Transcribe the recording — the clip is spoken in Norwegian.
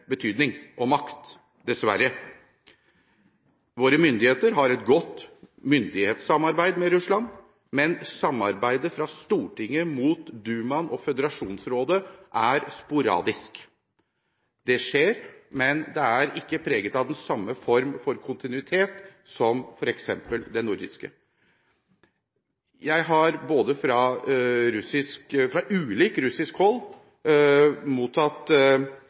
betydning og makt, dessverre. Våre myndigheter har et godt myndighetssamarbeid med Russland, men samarbeidet mellom Stortinget og Dumaen og Føderasjonsrådet er sporadisk. Det skjer et samarbeid, men det er ikke preget av den samme form for kontinuitet som f.eks. det nordiske. Jeg har fra ulikt russisk hold mottatt